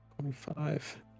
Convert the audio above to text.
twenty-five